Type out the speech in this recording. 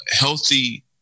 healthy